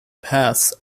paths